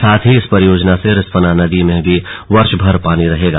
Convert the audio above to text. साथ ही इस परियोजना से रिस्पना नदी में भी वर्षभर पानी रहेगा